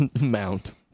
mount